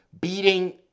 Beating